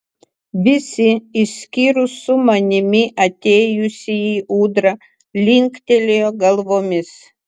visi išskyrus su manimi atėjusįjį ūdrą linktelėjo galvomis